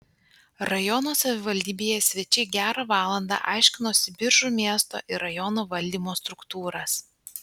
rajono savivaldybėje svečiai gerą valandą aiškinosi biržų miesto ir rajono valdymo struktūras